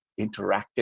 interactive